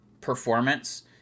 performance